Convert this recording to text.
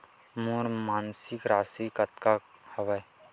मोर मासिक राशि कतका हवय?